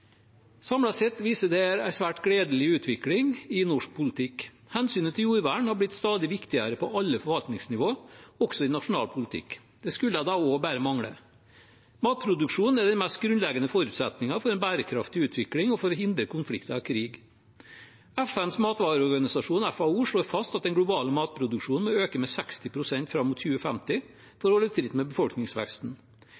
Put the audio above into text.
sett viser det en svært gledelig utvikling i norsk politikk. Hensynet til jordvern har blitt stadig viktigere på alle forvaltningsnivå, også i nasjonal politikk. Det skulle da også bare mangle. Matproduksjon er den mest grunnleggende forutsetningen for en bærekraftig utvikling og for å hindre konflikter og krig. FNs organisasjon for ernæring og landbruk, FAO, slår fast at den globale matproduksjonen må øke med 60 pst. fram mot 2050